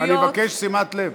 אני מבקש שימת לב.